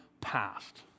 passed